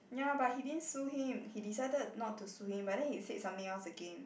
ya but he didn't sue him he decided not to sue him but then he said something else again